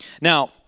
Now